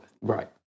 Right